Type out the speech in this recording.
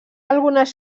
algunes